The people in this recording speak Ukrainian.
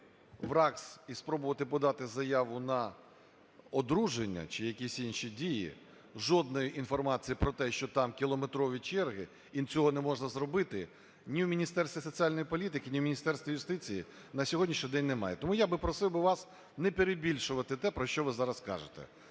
РАГС і спробувати подати заяву на одруження чи якісь інші дії, жодної інформації про те, що там кілометрові черги і цього не можна зробити, ні в Міністерстві соціальної політики, ні в Міністерстві юстиції на сьогоднішній день немає. Тому я просив би вас не перебільшувати те, про що ви зараз кажете.